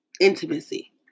intimacy